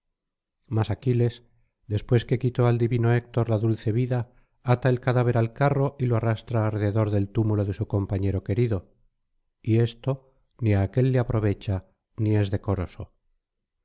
mas aquiles después que quitó al divino héctor la dulce vida ata el cadáver al carro y lo arrastra alrededor del túmulo de su compañero querido y esto ni á aquél le aprovecha ni es decoroso